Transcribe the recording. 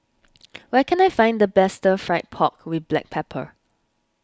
where can I find the best Fried Pork with Black Pepper